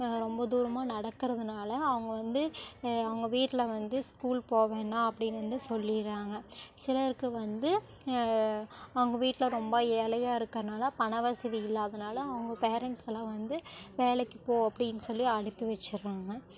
ரொம்ப தூரமாக நடக்கிறதுனால அவங்க வந்து அவங்க வீட்டில வந்து ஸ்கூல் போக வேணாம் அப்படின்னு வந்து சொல்லிடுறாங்க சிலருக்கு வந்து அவங்க வீட்டில ரொம்ப ஏழையாக இருக்கிறனால பண வசதி இல்லாதனால் அவங்க பேரன்ட்ஸ்லாம் வந்து வேலைக்கு போ அப்படின் சொல்லி அனுப்பி வச்சிடுறாங்க